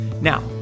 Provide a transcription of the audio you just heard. Now